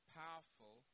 powerful